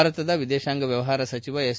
ಭಾರತದ ವಿದೇಶಾಂಗ ವ್ಯವಹಾರ ಸಚಿವ ಎಸ್